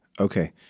Okay